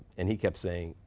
and he kept saying,